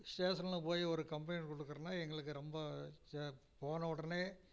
ஸ்டேஷனில் போய் ஒரு கம்ப்ளைண்ட் குடுக்கறதுன்னா எங்களுக்கு ரொம்ப போன உடனே